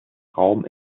raum